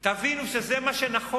אני אומר לך: תבינו שזה מה שנכון.